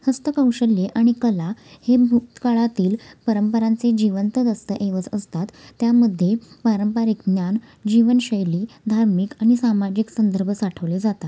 हस्तकौशल्य आणि कला हे भूतकाळातील परंपरांचे जिवंत दस्तऐवज असतात त्यामध्ये पारंपरिक ज्ञान जीवनशैली धार्मिक आणि सामाजिक संदर्भ साठवले जातात